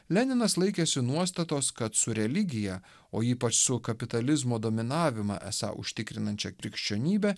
leninas laikėsi nuostatos kad su religija o ypač su kapitalizmo dominavimą esą užtikrinančia krikščionybe